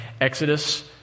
Exodus